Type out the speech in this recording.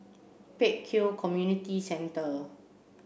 Pek Kio Community Centre